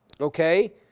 okay